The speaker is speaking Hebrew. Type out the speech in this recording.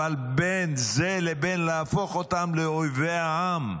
בין זה לבין להפוך אותם לאויבי העם.